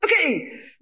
Okay